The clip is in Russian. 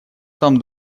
там